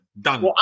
Done